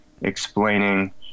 explaining